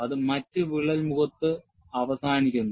അത് മറ്റ് വിള്ളൽ മുഖത്തും അവസാനിക്കുന്നു